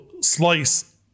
slice